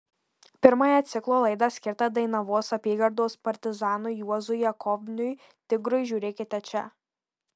pirmąją ciklo laidą skirtą dainavos apygardos partizanui juozui jakavoniui tigrui žiūrėkite čia